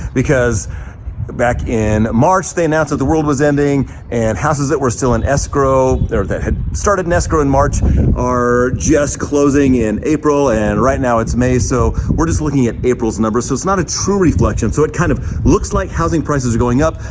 because back in march, they announced that the world was ending and houses that were still in escrow or that had started in escrow in march are just closing in april and right now, it's may, so we're just looking at april's numbers, so it's not a true reflection. so it kind of looks like housing prices are going up,